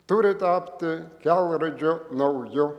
turi tapti kelrodžiu nauju